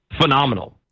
phenomenal